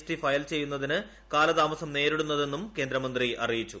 T file ചെയ്യുന്നതിന് കാലതാമസ്സും ദ്നേരിടുന്നതെന്നും കേന്ദ്രമന്ത്രി അറിയിച്ചു